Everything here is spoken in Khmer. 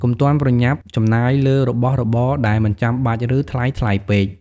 កុំទាន់ប្រញាប់ចំណាយលើរបស់របរដែលមិនចាំបាច់ ឬថ្លៃៗពេក។